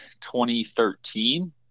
2013